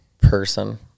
person